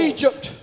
Egypt